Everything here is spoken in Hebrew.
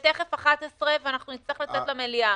ותכף 11:00 ואנחנו נצטרך לצאת למליאה.